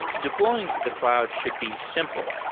deploying to the cloud should be simple.